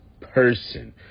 person